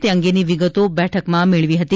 તે અંગેની વિગતો બેઠકમાં મેળવી હતી